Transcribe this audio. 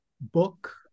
book